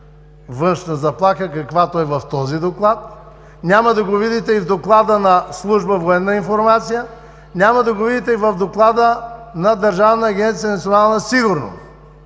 външна заплаха, каквато е в този доклад. Няма да го видите и в Доклада на Служба „Военна информация“. Няма да го видите в Доклада и на Държавна агенция „Национална сигурност“.